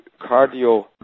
cardio